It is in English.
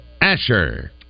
Asher